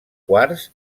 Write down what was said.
quars